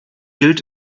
gilt